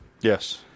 Yes